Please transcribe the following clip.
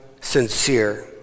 sincere